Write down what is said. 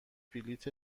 بلیط